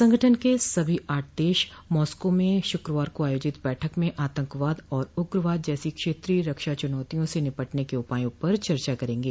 संगठन के सभी आठ देश मॉस्को में शुक्रवार को आयोजित बैठक में आतंकवाद और उग्रवाद जैसी क्षेत्रीय रक्षा चुनौतियों से निपटने के उपायों पर चर्चा करेंगे